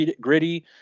gritty